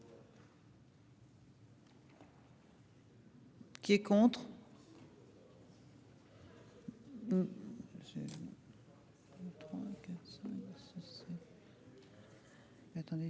qui est contre.